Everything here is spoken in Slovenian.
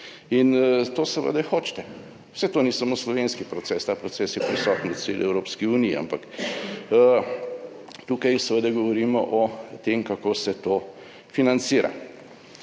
In to seveda hočete. Saj to ni samo slovenski proces. Ta proces je prisoten v celi Evropski uniji, ampak tukaj seveda govorimo o tem, kako se to financira.